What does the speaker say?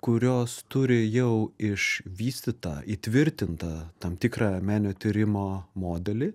kurios turi jau išvystytą įtvirtintą tam tikrą meninio tyrimo modelį